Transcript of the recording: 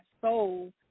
soul